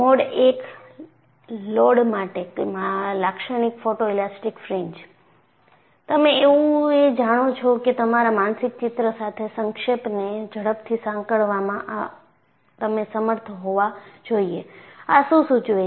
mode I load માટે લાક્ષણીક photoelastic fringe તમે એવું એ જાણો છો કે તમારા માનસિક ચિત્ર સાથે સંક્ષેપને ઝડપથી સાંકળવામાં તમે સમર્થ હોવા જોઈએ આ શું સૂચવે છે